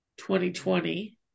2020